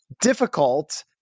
difficult